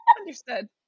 understood